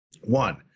One